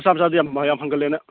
ꯃꯆꯥ ꯃꯆꯥꯗꯣ ꯌꯥꯝ ꯍꯪꯒꯜꯂꯦꯅ